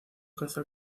caza